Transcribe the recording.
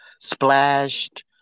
splashed